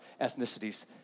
ethnicities